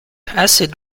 acid